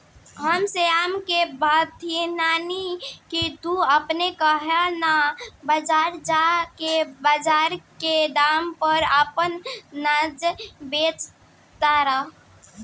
हम श्याम के बतएनी की तू अपने काहे ना बजार जा के बजार के दाम पर आपन अनाज बेच तारा